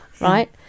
right